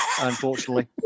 unfortunately